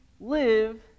live